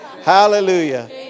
Hallelujah